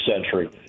century